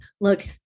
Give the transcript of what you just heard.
look